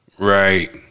Right